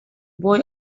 boy